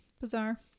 bizarre